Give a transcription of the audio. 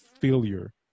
failure